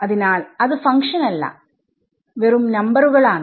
അതിനാൽ അത് ഫങ്ക്ഷൻ അല്ല വെറും നമ്പറുകൾ ആണ്